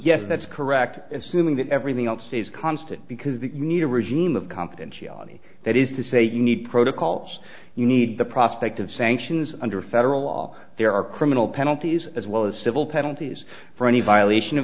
yes that's correct assuming that everything else stays constant because you need a regime of confidentiality that is to say you need protocols you need the prospect of sanctions under federal law there are criminal penalties as well as civil penalties for any violation of